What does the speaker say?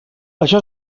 això